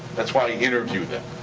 that's why i interview them.